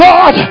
God